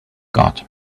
got